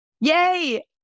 Yay